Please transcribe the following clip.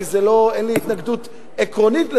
כי אין לי התנגדות עקרונית לזה,